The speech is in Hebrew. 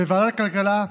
בוועדת הכלכלה,